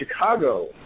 Chicago